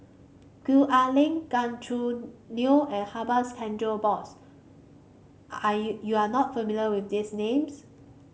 Gwee Ah Leng Gan Choo Neo and Chandra Bose are you you are not familiar with these names